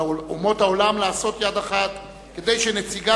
על אומות העולם לעשות יד אחת כדי שנציגה